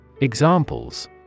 Examples